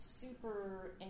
super